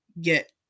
get